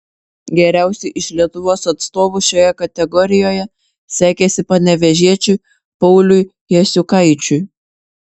geriausiai iš lietuvos atstovų šioje kategorijoje sekėsi panevėžiečiui pauliui jasiukaičiui